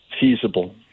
feasible